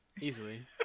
Easily